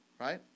right